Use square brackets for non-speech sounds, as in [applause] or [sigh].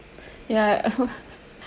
ya [laughs]